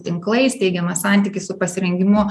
tinklais teigiamas santykis su pasirengimu